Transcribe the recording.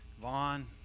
Vaughn